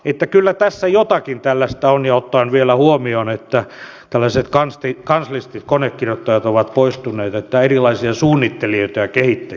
että kyllä tässä jotakin tällaista on ja kun ottaa vielä huomioon että tällaiset kanslistit konekirjoittajat ovat poistuneet niin erilaisia suunnittelijoita ja kehittäjiä on liiaksi